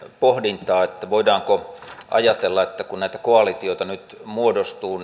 pohdintaa voidaanko ajatella kun näitä koalitioita nyt muodostuu